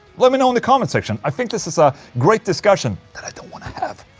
let me know in the comment section. i think this is a great discussion that i don't want to have.